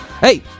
hey